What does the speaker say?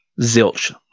Zilch